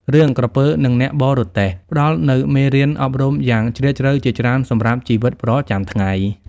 រឿង "ក្រពើនឹងអ្នកបរទេះ" ផ្តល់នូវមេរៀនអប់រំយ៉ាងជ្រាលជ្រៅជាច្រើនសម្រាប់ជីវិតប្រចាំថ្ងៃ។